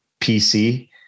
PC